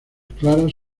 claras